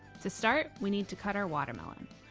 to start, we need to cut our watermelon.